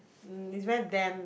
it's very damp